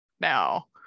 now